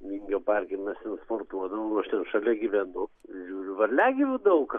vingio parke mes ten sportuodavom aš ten šalia gyvenu žiūriu varliagyvių daug